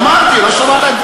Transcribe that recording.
סך הכול עשר, אמרתי, לא שמעת?